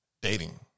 dating